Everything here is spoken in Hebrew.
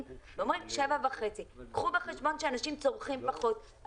אומרים 7,5. קחו בחשבון שאנשים צורכים פחות.